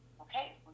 okay